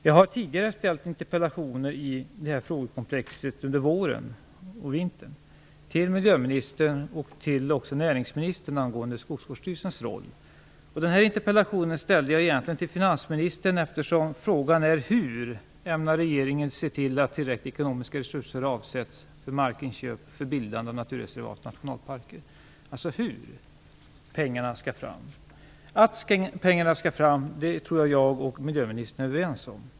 Jag har tidigare under våren och vintern framställt interpellationer i det här frågekomplexet till miljöministern och också till näringsministern angående Skogsvårdsstyrelsens roll. Den här interpellationen ställde jag egentligen till finansministern, eftersom frågan är hur regeringen ämnar se till att tillräckliga ekonomiska resurser avsätts för markinköp för bildande av naturreservat och nationalparker. Hur skall man få fram pengarna? Att pengarna skall fram tror jag att jag och miljöministern är överens om.